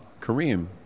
Kareem